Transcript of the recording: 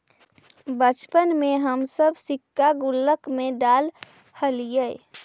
बचपन में हम सब सिक्का गुल्लक में डालऽ हलीअइ